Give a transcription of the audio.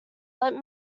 let